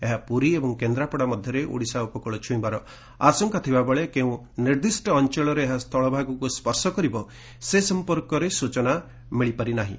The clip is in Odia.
ଏହା ପୁରୀ ଏବଂ କେନ୍ଦ୍ରାପଡା ମଧ୍ୟରେ ଓଡିଶା ଉପକୂଳ ଛୁଇଁବାର ଆଶଙ୍କା ଥିବାବେଳେ କେଉଁ ନିର୍ଦ୍ଧିଷ୍ଟ ଅଞ୍ଚଳରେ ଏହା ସ୍କୁଳଭାଗ ସ୍ୱର୍ଶ କରିବ ସେ ସମ୍ପର୍କରେ ସୂଚନା ଦିଆଯାଇନାହିଁ